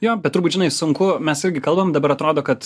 jo bet turbūt žinai sunku mes irgi kalbam dabar atrodo kad